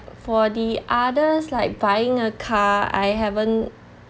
for the others like buying a car I haven't